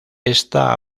esta